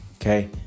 Okay